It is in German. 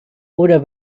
oder